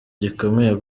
gikomeye